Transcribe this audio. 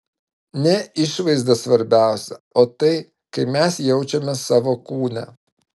ne išvaizda svarbiausia o tai kaip mes jaučiamės savo kūne